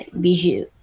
Bijou